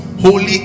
holy